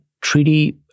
treaty